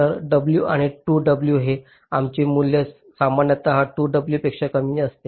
तर W आणि 2 W हे आमचे मूल्य सामान्यत 2 W पेक्षा कमी असते